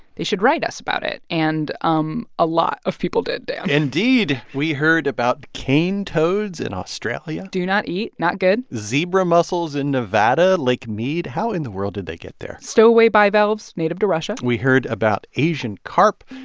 they should write us about it. and um a lot of people did, dan indeed. we heard about cane toads in australia do not eat not good zebra mussels in nevada lake mead. how in the world did they get there? stowaway bivalves native to russia we heard about asian carp,